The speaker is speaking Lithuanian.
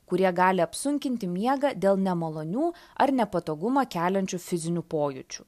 kurie gali apsunkinti miegą dėl nemalonių ar nepatogumą keliančių fizinių pojūčių